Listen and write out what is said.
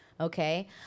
okay